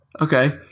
okay